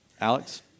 Alex